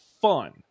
fun